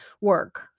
work